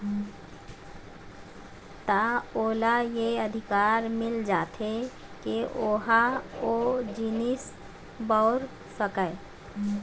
त ओला ये अधिकार मिल जाथे के ओहा ओ जिनिस बउर सकय